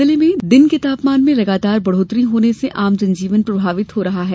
जिले में दिन के तापमान में लगातार बढ़ोतरी होने से आम जनजीवन प्रभावित हो रहा है